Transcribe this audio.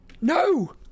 No